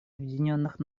объединенных